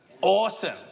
Awesome